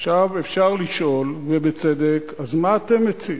עכשיו אפשר לשאול, ובצדק: אז מה אתם מציעים?